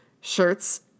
Shirts